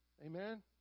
Amen